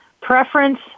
preference